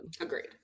agreed